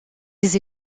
des